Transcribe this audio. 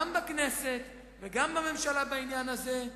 גם בכנסת וגם בממשלה, בעניין הזה.